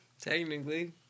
Technically